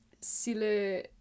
Sile